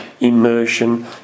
immersion